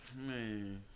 man